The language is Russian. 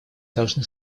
должны